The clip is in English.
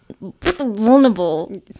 vulnerable